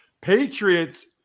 Patriots